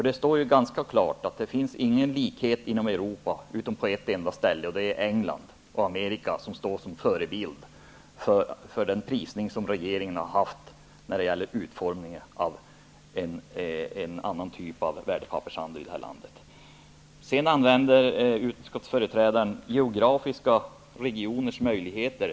Det står ganska klart att det inte finns några likheter i det kontinentala Europa, utan det är England och USA som stått som förebilder för utformningen av en annan typ av värdepappershandel i det här landet. Sedan talar utskottsmajoritetens företrädare om geografiska regioners möjligheter.